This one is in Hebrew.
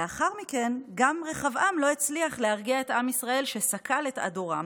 לאחר מכן גם רחבעם לא הצליח להרגיע את עם ישראל וזה סקל את אדורם,